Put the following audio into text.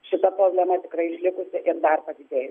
šita problema tikrai išlikusi ir dar padidėj